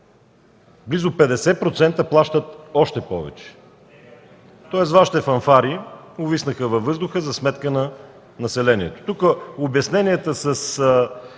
близо 50% плащат още повече. Тоест Вашите фанфари увиснаха във въздуха за сметка на населението.